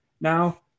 now